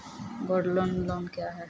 Gold loan loan क्या हैं?